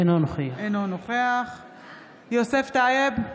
אינו נוכח יוסף טייב,